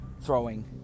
throwing